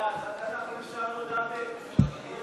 להעביר את הצעת חוק הגנת כינויי מקור וציונים גיאוגרפיים (תיקון מס'